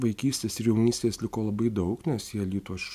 vaikystės ir jaunystės liko labai daug nes į alytų aš